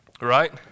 right